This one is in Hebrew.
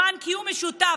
למען קיום משותף,